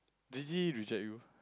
did he reject you